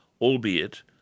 albeit